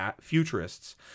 futurists